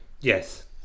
Yes